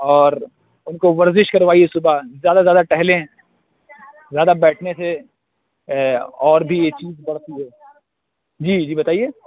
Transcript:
اور اُن کو ورزش کروائیے صُبح زیادہ زیادہ ٹہلیں زیادہ بیٹھنے سے اور بھی یہ چیز بڑھتی ہے جی جی بتائیے